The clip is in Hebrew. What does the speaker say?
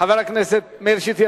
חבר הכנסת מאיר שטרית,